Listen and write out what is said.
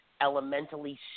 elementally